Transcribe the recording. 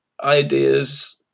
ideas